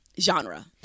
genre